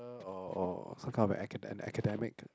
or or some kind of a an academic